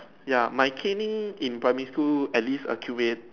ya my caning in primary school at least accumul~